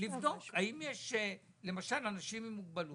-- לבדוק האם יש, למשל, אנשים עם מוגבלות.